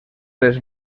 les